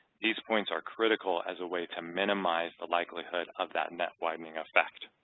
these points are critical as a way to minimize the likelihood of that net widening effect.